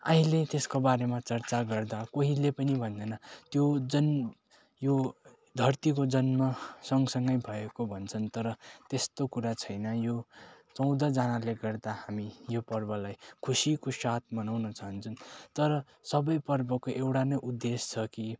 अहिले त्यसको बारेमा चर्चा गर्दा कोहीले पनि भन्दैन त्यो जन् यो धर्तीको जन्मसँगसँगै भएको भन्छन् तर त्यस्तो कुरा छैन यो चौधजनाले गर्दा हामी यो पर्वलाई खुसीको साथ मनाउन चाहन्छौँ तर सबै पर्वको एउटा नै उद्देश्य छ कि